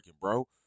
bro